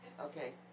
okay